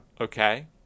Okay